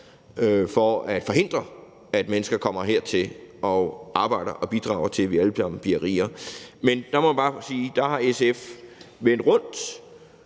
for at forhindre, at mennesker kommer hertil og arbejder og bidrager til, at vi alle sammen bliver rigere. Men man må bare sige, at der har SF vendt rundt.